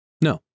No